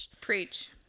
Preach